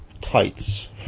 tights